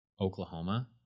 Oklahoma